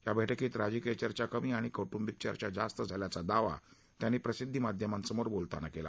या बैठकीत राजकीय चर्चा कमी आणि कौट्रंबिक चर्चा जास्त झाल्याचा दावा त्यांनी प्रसिद्धी माध्यमांसमोर बोलताना केला